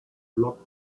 blocked